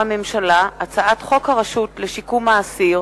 מטעם הממשלה: הצעת חוק הרשות לשיקום האסיר